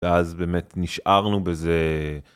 ואז באמת נשארנו בזה.